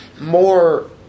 more